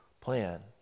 plan